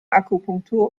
akupunktur